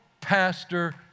pastor